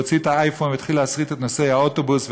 הוא הוציא את האייפון והתחיל להסריט את נוסעי האוטובוס.